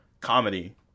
comedy